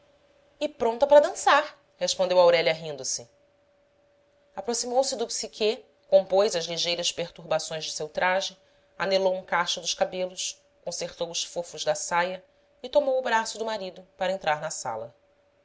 e pronta para dançar respondeu aurélia rindo-se aproximou-se do psichê compôs as ligeiras perturbações de seu traje anelou um cacho dos cabelos consertou os fofos da saia e tomou o braço do marido para entrar na sala